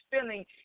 feeling